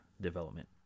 development